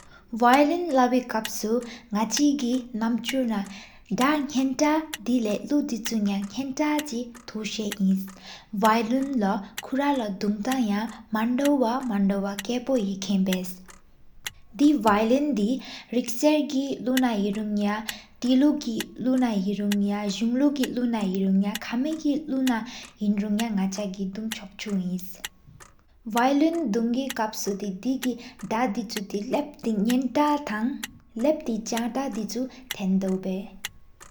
བིའོ་ལིན་ལ་བིསུ་ནག་ཆི་མམ་ཆུ་ན། དགའ། ནེནཏ་དེ་ལེ་ལུ་དི་ཆུ་ཡ་ནེནཏ་ཆིག་ཐུ་ས་ཨིན། བིའོ་ལིན་ལོ་ཡ་ཁུ་ར་ལོ་དུན་ཏ་མན་ཏོ་མན་ཏོ། ཡེ་མྱན་བཡེ་དེ་བིའོ་ལིན་དེ་རིལ་སེར་གི་ལུ་ན་ཧེ་རུ་ཡ། ཏེ་ལུ་གི་ལུ་ན་ཧེ་རུང་ཡ་ཟུང་ལུ་གི་ལོཧ་ན་ཧེ་རུ། ཁྲ་མི་གི་ལུ་ན་ཧེ་རུང་ན་ན་ཆ་གི། དུན་ཆིག་ཆུག་ཨིནས། བིའོ་ལིན་དུན་བེ་དེ་གི་དགའ་དེ་ཆུ་དི། ལབ་ཏེ་ནའཏར་ཐང་ལབ་ཏེ་ཆག་ཏ་དི་ཏེན་དོ་བཡེ།